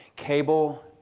cable,